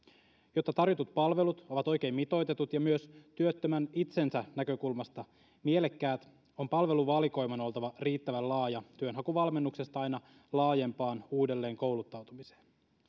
jotta tarjotut palvelut ovat oikein mitoitetut ja myös työttömän itsensä näkökulmasta mielekkäät on palveluvalikoiman oltava riittävän laaja työnhakuvalmennuksesta aina laajempaan uudelleenkouluttautumiseen